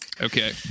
okay